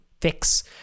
fix